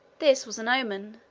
this was an omen,